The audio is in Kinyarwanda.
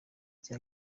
icya